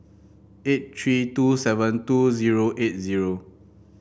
eight three two seven two zero eight zero